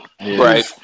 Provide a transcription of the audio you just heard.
right